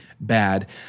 bad